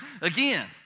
again